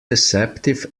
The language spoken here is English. deceptive